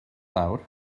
lawr